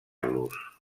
los